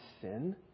sin